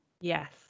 Yes